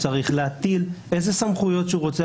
בתי המשפט שלנו הם רציניים,